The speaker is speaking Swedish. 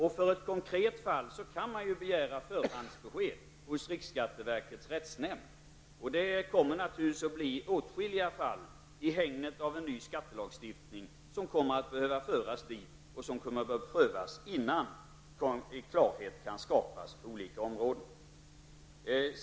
Det går att begära förhandsbesked för ett konkret fall hos riksskatteverkets rättsnämnd. Det kommer naturligtvis att bli åtskilliga fall i hägnet av en ny skattelagstiftning som kommer att behöva föras dit och som kommer att prövas innan klarhet kan skapas på olika områden.